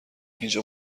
اینجا